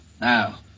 Now